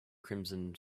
crimson